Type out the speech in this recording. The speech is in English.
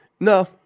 No